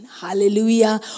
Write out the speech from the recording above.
Hallelujah